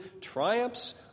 triumphs